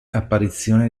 apparizione